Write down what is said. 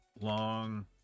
long